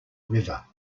river